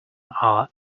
are